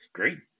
Great